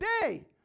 day